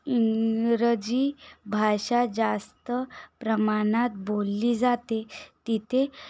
इंग्रजी भाषा जास्त प्रमाणात बोलली जाते तिथे